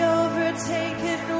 overtaken